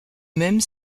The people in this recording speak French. même